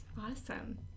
Awesome